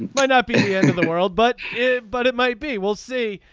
might not be the end of the world but here but it might be we'll see.